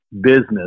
business